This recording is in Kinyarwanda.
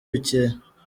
bikeya